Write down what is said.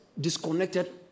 disconnected